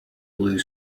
blue